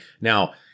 Now